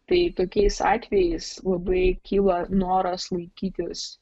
tai tokiais atvejais labai kyla noras laikytis